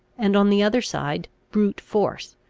and on the other side brute force,